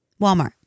Walmart